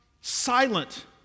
silent